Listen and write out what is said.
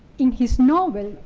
in his novel,